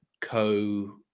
co